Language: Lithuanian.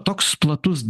toks platus